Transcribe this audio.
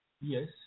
Yes